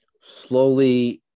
slowly